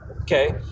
okay